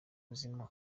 buzima